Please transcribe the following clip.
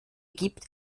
gibt